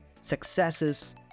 successes